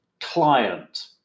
client